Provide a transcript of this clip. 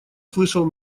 слышал